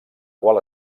qual